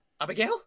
Abigail